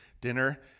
dinner